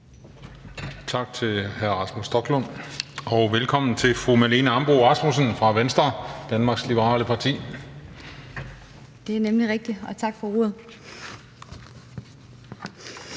Tak til hr. Rasmus Stoklund, og velkommen til fru Marlene Ambo-Rasmussen fra Venstre, Danmarks Liberale Parti. Kl. 20:38 (Ordfører)